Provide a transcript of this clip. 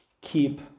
Keep